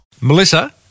Melissa